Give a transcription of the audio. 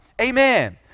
Amen